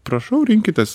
prašau rinkitės